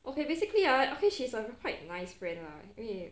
okay basically ah okay she's a quite nice friend lah 因为